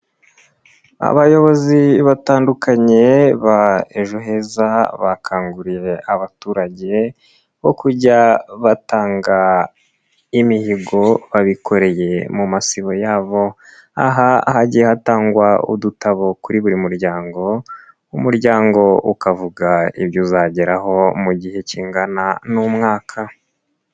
Abayobozi batandukanye ba Ejo heza bakanguriye abaturage nko kujya batanga imihigo babikoreye mu masibo yabo, aha hagiye hatangwa udutabo kuri buri muryango, umuryango ukavuga ibyo uzageraho mu gihe kingana n'umwaka.